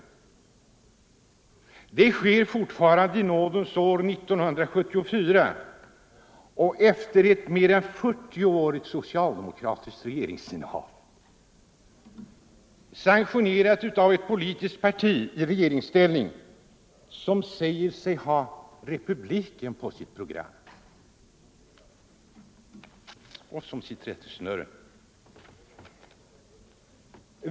Den 6 november är flaggdag fortfarande i nådens år 1974 efter ett mer än 40-årigt socialdemokratiskt regeringsinnehav, sanktionerad av ett politiskt parti i regeringsställning, som säger sig ha republiken som rättesnöre.